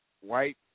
white